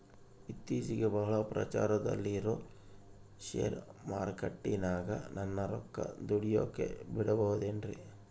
ಇತ್ತೇಚಿಗೆ ಬಹಳ ಪ್ರಚಾರದಲ್ಲಿರೋ ಶೇರ್ ಮಾರ್ಕೇಟಿನಾಗ ನನ್ನ ರೊಕ್ಕ ದುಡಿಯೋಕೆ ಬಿಡುಬಹುದೇನ್ರಿ?